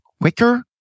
quicker